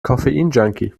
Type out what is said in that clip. koffeinjunkie